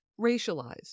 racialized